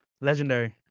Legendary